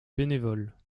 bénévoles